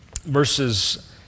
Verses